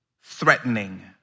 threatening